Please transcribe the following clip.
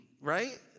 right